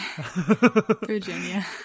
Virginia